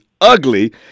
ugly